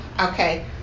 okay